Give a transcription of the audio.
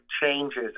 changes